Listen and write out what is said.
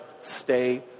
stay